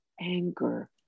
anger